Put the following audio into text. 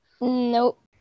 Nope